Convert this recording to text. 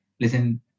listen